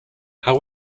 how